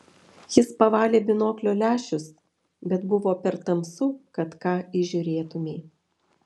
jis pavalė binoklio lęšius bet buvo per tamsu kad ką įžiūrėtumei